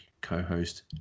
co-host